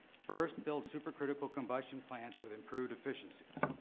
first, build super critical combustion plants with improved efficiencies.